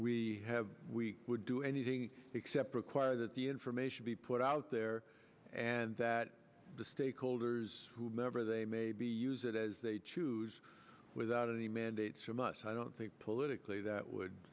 we have we would do anything except require that the information be put out there and that the stakeholders never they maybe use it as they choose without any mandates from us i don't think politically that would